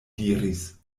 diris